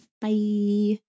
Bye